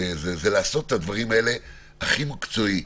זה לעשות את הדברים האלה באופן הכי מקצועי,